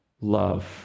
love